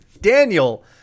Daniel